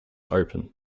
open